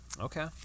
okay